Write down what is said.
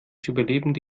überlebende